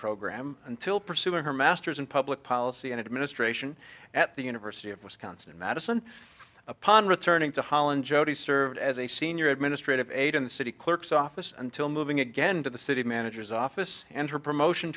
program until pursuing her master's in public policy and administration at the university of wisconsin madison upon returning to holland jodi served as a senior administrator of aid in the city clerk's office until moving again to the city manager's office and her promotion